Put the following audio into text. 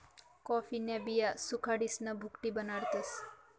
कॉफीन्या बिया सुखाडीसन भुकटी बनाडतस